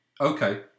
Okay